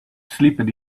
slipped